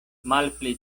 malpli